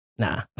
Nah